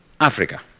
Africa